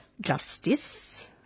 justice